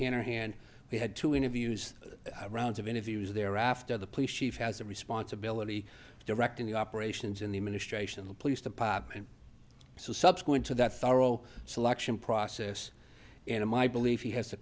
hanrahan we had two interviews rounds of interviews thereafter the police chief has a responsibility to directing the operations in the administration of the police department so subsequent to that thorough selection process and in my belief he has the